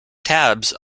tabs